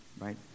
right